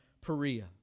Perea